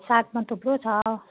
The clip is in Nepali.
सागमा थुप्रो छ